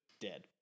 dead